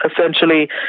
essentially